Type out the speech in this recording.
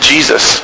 Jesus